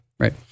right